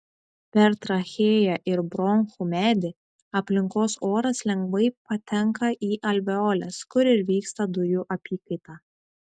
per trachėją ir bronchų medį aplinkos oras lengvai patenka į alveoles kur ir vyksta dujų apykaita